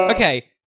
Okay